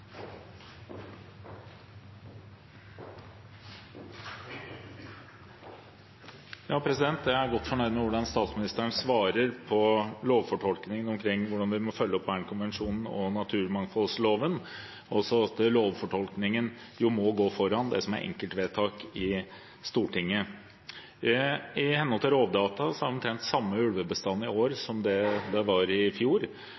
Jeg er godt fornøyd med hvordan statsministeren svarer på lovfortolkningen av hvordan vi må følge opp Bernkonvensjonen og naturmangfoldloven, og også at lovfortolkningen jo må gå foran det som er enkeltvedtak i Stortinget. I henhold til Rovdata har vi omtrent den samme ulvebestanden i år som i fjor.